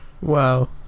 Wow